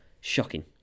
shocking